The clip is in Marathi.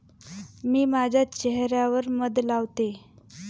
मी माझ्या चेह यावर मध लावते